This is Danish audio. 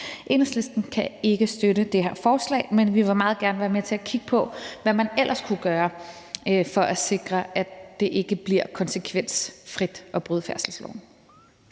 Enhedslisten kan ikke støtte det her forslag, men vi vil meget gerne være med til at kigge på, hvad man ellers kunne gøre for at sikre, at det ikke bliver konsekvensfrit at bryde færdselsloven.